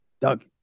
Doug